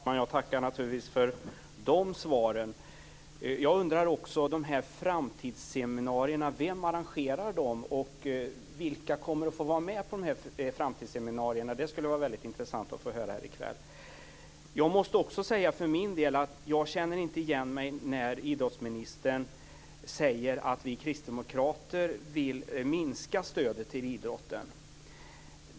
Fru talman! Jag tackar naturligtvis för de svaren. Vem arrangerar framtidsseminarierna? Vilka kommer att få vara med på framtidsseminarierna? Det skulle vara intressant att få höra i kväll. Jag känner inte igen mig när idrottsministern säger att vi kristdemokrater vill minska stödet till idrotten.